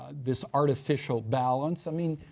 this artificial balance. i mean,